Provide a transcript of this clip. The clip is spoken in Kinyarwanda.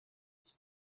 iki